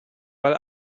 ball